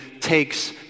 takes